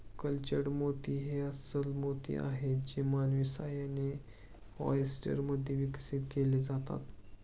cultured मोती हे अस्स्ल मोती आहेत जे मानवी सहाय्याने, ऑयस्टर मध्ये विकसित केले जातात